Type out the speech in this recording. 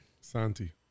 Santi